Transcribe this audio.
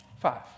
five